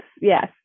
yes